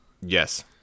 yes